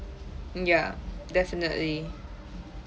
mm ya definitely